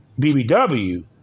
BBW